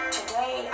today